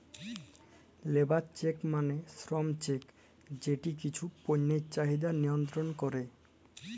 labour check মালে শ্রম check যেট কিছু পল্যের চাহিদা লিয়লত্রল ক্যরে